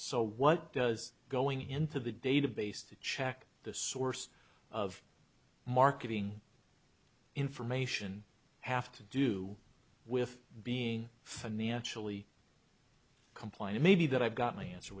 so what does going into the database to check the source of marketing information have to do with being financially compline it may be that i've got my answer